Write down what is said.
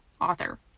author